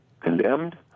condemned